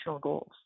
goals